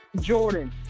Jordan